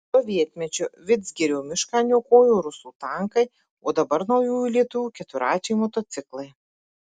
sovietmečiu vidzgirio mišką niokojo rusų tankai o dabar naujųjų lietuvių keturračiai motociklai